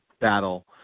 battle